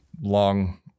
long